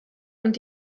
und